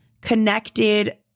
connected